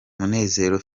munezero